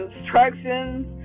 instructions